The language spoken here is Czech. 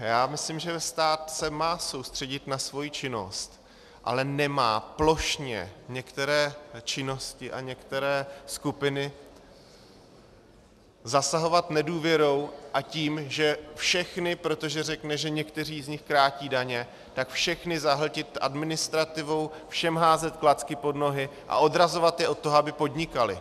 Já myslím, že stát se má soustředit na svoji činnost, ale nemá plošně některé činnosti a některé skupiny zasahovat nedůvěrou a tím, že všechny, protože řekne, že někteří z nich krátí daně, tak všechny zahltit administrativou, všem házet klacky pod nohy a odrazovat je od toho, aby podnikali.